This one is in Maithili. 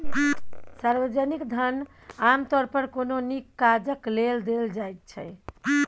सार्वजनिक धन आमतौर पर कोनो नीक काजक लेल देल जाइत छै